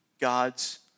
God's